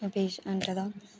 patient दा